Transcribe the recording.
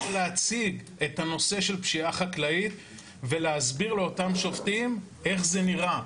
ולהציג את הנושא של פשיעה חקלאית ולהסביר לאותם שופטים איך זה נראה.